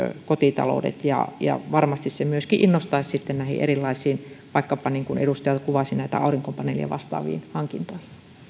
kotitaloudet varmasti se myöskin innostaisi näihin erilaisiin vaikkapa niin kuin edustaja kuvasi aurinkopaneeleita vastaaviin hankintoihin